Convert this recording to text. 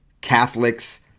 Catholics